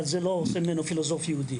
אבל זה לא עושה ממנו פילוסוף יהודי.